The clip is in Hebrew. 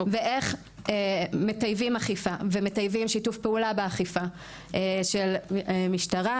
ואיך מטייבים אכיפה ומטייבים שיתוף פעולה באכיפה של משטרה,